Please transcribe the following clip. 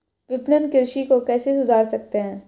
विपणन कृषि को कैसे सुधार सकते हैं?